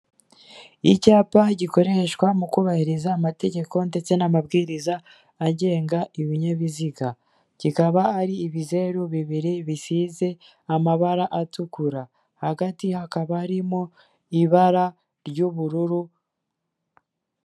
Icyapa gikoreshwa mu kubahiriza amategeko ndetse n'amabwiriza agenga ibinyabiziga, kikaba ari ibizeru bibiri bisize amabara atukura hagati hakaba harimo ibara ry'ubururu.